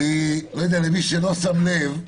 אני לא יודע, למי שלא שם לב,